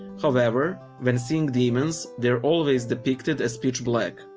however, when seeing demons, they're always depicted as pitch black.